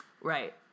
right